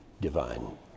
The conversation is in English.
divine